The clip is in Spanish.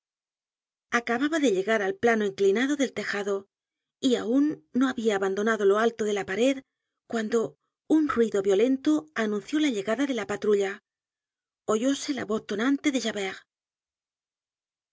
acababa de llegar al plano inclinado del tejado y aun no habia abandonado lo alto de la pared cuando un ruido violento anunció la llegada de la patrulla oyóse la voz tonante de